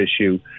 issue